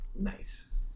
Nice